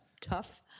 tough